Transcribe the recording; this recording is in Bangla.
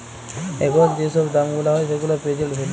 এখল যে ছব দাম গুলা হ্যয় সেগুলা পের্জেল্ট ভ্যালু